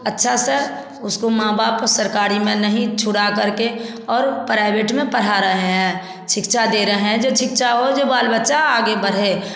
अच्छा सा उसको माँ बाप सरकारी में नहीं छुड़ा करके और प्राइवेट में पढ़ा रहे हैं शिक्षा दे रहे हैं जो शिक्षा हो जो बाल बच्चा आगे बढ़े